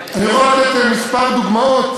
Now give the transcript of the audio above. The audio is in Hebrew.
כמה דוגמאות